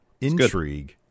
intrigue